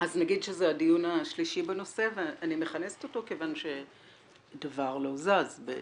נגיד שזה הדיון השלישי בנושא ואני מכנסת אותו כיוון שדבר לא זז בעצם.